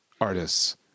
artists